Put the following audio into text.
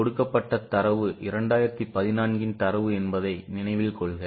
கொடுக்கப்பட்ட தரவு 2014 இன் தரவு என்பதை நினைவில் கொள்க